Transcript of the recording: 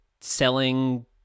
selling